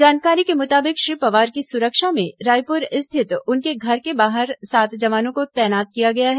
जानकारी के मुताबिक श्री पवार की सुरक्षा में रायपुर स्थित उनके घर के बाहर सात जवानों को तैनात किया गया है